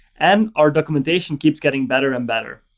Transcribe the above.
and our documentation keeps getting better and better.